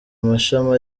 amashami